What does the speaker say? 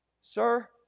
Sir